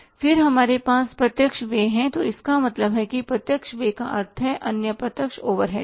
फिर हमारे पास प्रत्यक्ष व्यय हैं तो इसका मतलब है कि प्रत्यक्ष व्यय का अर्थ है अन्य प्रत्यक्ष ओवरहेड्स